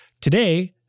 Today